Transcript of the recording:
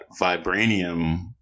vibranium